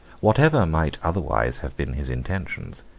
whatever might otherwise have been his intentions,